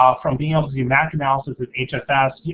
um from being able to do mac analysis with hfs, yeah